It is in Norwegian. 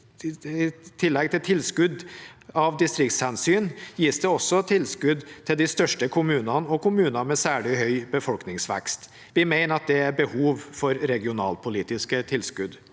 I tillegg til tilskudd av distriktshensyn gis det også tilskudd til de største kommunene og kommuner med særlig høy befolkningsvekst. Vi mener at det er behov for regionalpolitiske tilskudd.